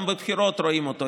גם בבחירות רואים אותו,